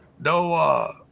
no